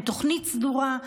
עם תוכנית סדורה.